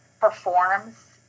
performs